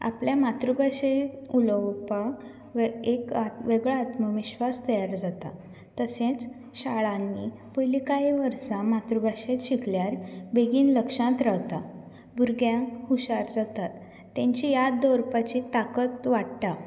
आपल्या मातृ भाशेंत उलोवपाक एक वेगळो आत्मविश्वास तयार जाता तशेंच शाळांनी पयलीं कांय वर्सां मातृ भाशेंत शिकल्यार बेगीन लक्षांत रावता भुरग्यांक हुशार जातात तांची याद दवरपाची ताकत वाडटा